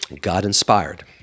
god-inspired